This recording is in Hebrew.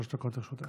שלוש דקות לרשותך.